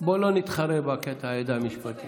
בואי לא נתחרה בקטע של הידע המשפטי.